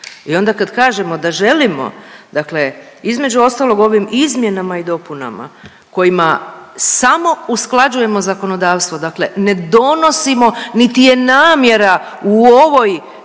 i onda kad kažemo da želimo dakle između ostalog ovim izmjenama i dopunama kojima samo usklađujemo zakonodavstvo, dakle ne donosimo, niti je namjera u ovoj